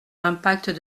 l’impact